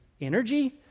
energy